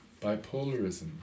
bipolarism